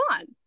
on